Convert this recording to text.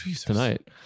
tonight